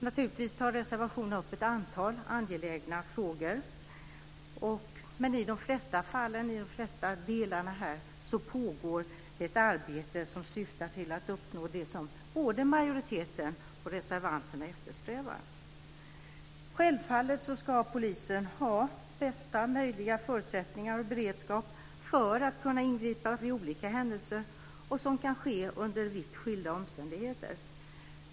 Naturligtvis tar reservationerna upp ett antal angelägna frågor, men i de flesta fallen pågår det ett arbete som syftar till att uppnå det som både majoriteten och reservanterna eftersträvar. Självfallet ska polisen ha bästa möjliga förutsättningar och beredskap för att kunna ingripa vid olika händelser som kan ske under vitt skilda omständigheter.